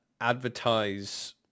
advertise